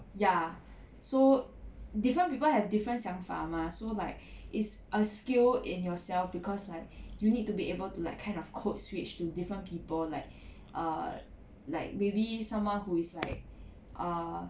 ya so different people have different 想法 mah so like is a skill in yourself cause like you need to be able to like kind of code switch to different people like err like maybe someone who is like err